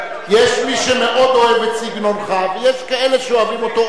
יש מי שמאוד אוהב את סגנונך ויש כאלה שאוהבים אותו עוד יותר,